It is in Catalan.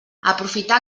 aprofitar